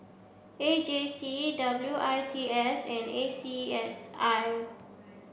A J C A W I T S and A C S I